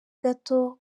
gato